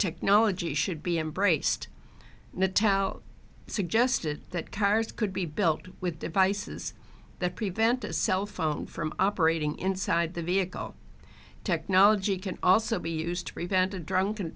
technology should be embraced in the towel suggested that cars could be built with devices that prevent a cell phone from operating inside the vehicle technology can also be used to prevent a drunk